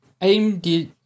AMD